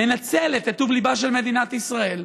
מנצלת את טוב ליבה של מדינת ישראל,